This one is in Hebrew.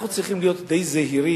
אנחנו צריכים להיות די זהירים